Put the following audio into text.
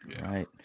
Right